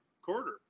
quarter